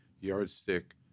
Yardstick